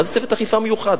מה זה צוות אכיפה מיוחד?